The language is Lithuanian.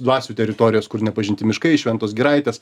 dvasių teritorijos kur nepažinti miškai šventos giraitės